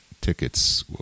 tickets